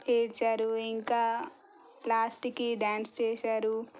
ఏడిచారు ఇంకా లాస్ట్కి డ్యాన్స్ చేసారు